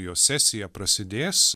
jo sesija prasidės